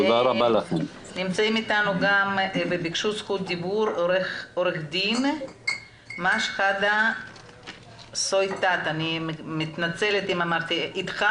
נמצאים אתנו וביקשו זכות דיבור עורך דין מהא שחאדה סויטאת איתך,